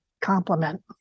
compliment